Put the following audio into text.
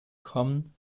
kommen